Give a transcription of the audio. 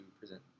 present